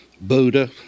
Buddha